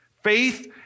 Faith